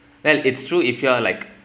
well it's true if you are like